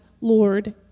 Lord